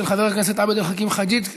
של חבר הכנסת עבד אל חכים חאג' יחיא.